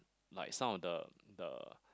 like some the the